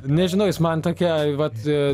nežinau jis man tokia vat